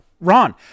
Ron